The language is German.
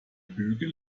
bügel